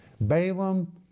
Balaam